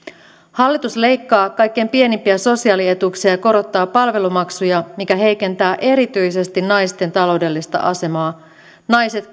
hallitus leikkaa kaikkein pienimpiä sosiaalietuuksia ja korottaa palvelumaksuja mikä heikentää erityisesti naisten taloudellista asemaa naiset